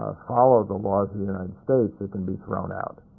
follow the laws of the united states, it can be thrown out.